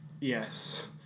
Yes